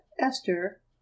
Esther